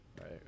right